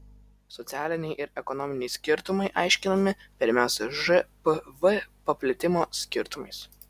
socialiniai ir ekonominiai skirtumai aiškinami pirmiausia žpv paplitimo skirtumais